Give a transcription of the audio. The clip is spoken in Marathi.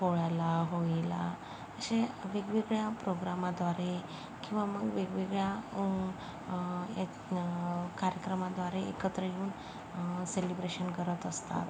पोळ्याला होळीला असे वेगवेगळ्या प्रोग्रामाद्वारे किंवा मग वेगवेगळ्या या कार्यक्रमाद्वारे एकत्र येऊन सेलिब्रेशन करत असतात